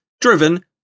driven